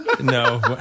no